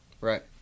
right